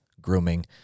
grooming